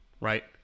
Right